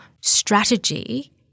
strategy